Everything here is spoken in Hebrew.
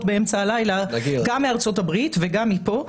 באמצע הלילה גם מארצות הברית וגם מפה.